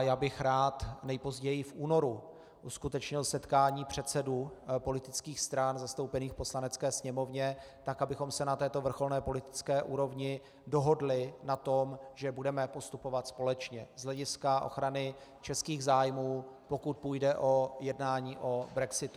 Já bych rád nejpozději v únoru uskutečnil setkání předsedů politických stran zastoupených v Poslanecké sněmovně, tak abychom se na této vrcholné politické úrovni dohodli na tom, že budeme postupovat společně z hlediska ochrany českých zájmů, pokud půjde o jednání o brexitu.